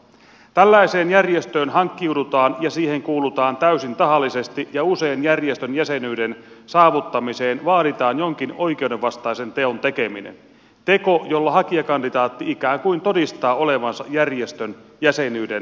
tällaiseen järjestöön hankkiudutaan ja siihen kuulutaan täysin tahallisesti ja usein järjestön jäsenyyden saavuttamiseen vaaditaan jonkin oikeudenvastaisen teon tekeminen teko jolla hakijakandidaatti ikään kuin todistaa olevansa järjestön jäsenyyden arvoinen